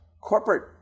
Corporate